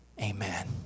Amen